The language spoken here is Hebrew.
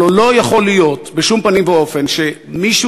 הרי לא יכול להיות בשום פנים ואופן שמישהו